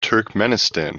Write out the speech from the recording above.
turkmenistan